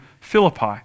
Philippi